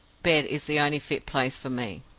bed is the only fit place for me.